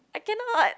I cannot